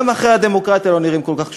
גם ערכי הדמוקרטיה לא נראים כל כך קשורים.